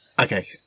Okay